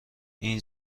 این